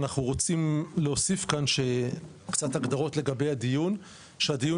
אנחנו רוצים להוסיף קצת הגדרות לגבי הדיון: שהדיון